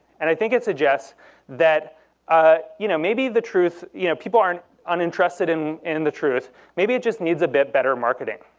and i think it suggests that ah you know maybe the truth you know people aren't uninterested in in the truth maybe it just needs a bit better marketing.